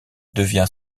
devient